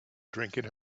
drinking